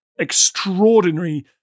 extraordinary